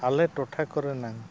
ᱟᱞᱮ ᱴᱚᱴᱷᱟ ᱠᱚᱨᱮᱱᱟᱜ